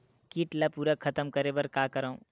कीट ला पूरा खतम करे बर का करवं?